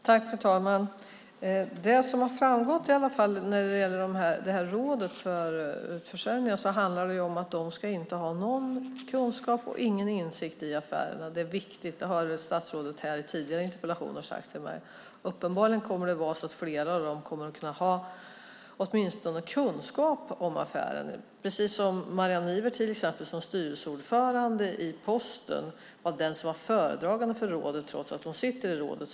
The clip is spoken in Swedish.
Fru talman! Det som i alla fall har framgått när det gäller rådet för utförsäljningar är att ledamöterna inte ska ha någon kunskap och inte någon insikt i affärerna. Det är viktigt - det har statsrådet sagt till mig i tidigare interpellationsdebatter. Uppenbarligen kommer flera av dem att kunna ha åtminstone kunskap om affärer, precis som till exempel Marianne Nivert som styrelseordförande i Posten var föredragande för rådet trots att hon sitter i rådet.